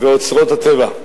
ואוצרות הטבע.